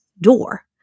door